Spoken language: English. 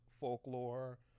folklore